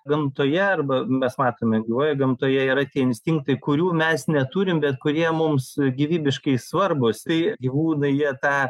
gamtoje arba mes matome gyvoje gamtoje yra tie instinktai kurių mes neturim bet kurie mums gyvybiškai svarbūs tai gyvūnai jie tą